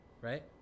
right